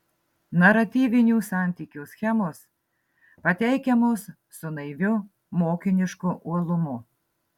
naratyvinių santykių schemos pateikiamos su naiviu mokinišku uolumu